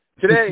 today